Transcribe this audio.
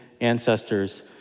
ancestors